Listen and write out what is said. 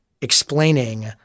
explaining